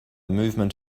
movement